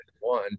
one